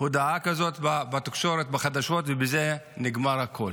הודעה כזאת בתקשורת, בחדשות, ובזה נגמר הכול.